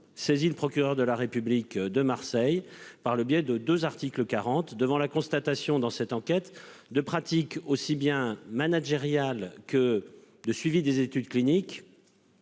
saisi le procureur de la République de Marseille par le biais de 2 articles 40 devant la constatation dans cette enquête de pratique aussi bien managériales que de suivi des études cliniques.